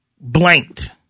Blanked